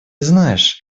знаешь